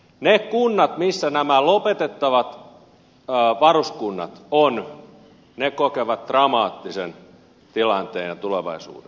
ne kunnat missä nämä lopetettavat varuskunnat ovat kokevat dramaattisen tilanteen ja tulevaisuuden